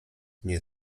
nie